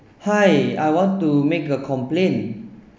hi I want to make a complaint